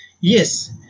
Yes